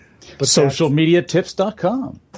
Socialmediatips.com